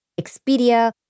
Expedia